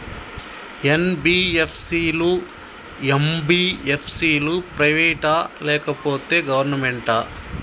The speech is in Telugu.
ఎన్.బి.ఎఫ్.సి లు, ఎం.బి.ఎఫ్.సి లు ప్రైవేట్ ఆ లేకపోతే గవర్నమెంటా?